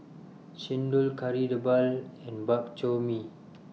Chendol Kari Debal and Bak Chor Mee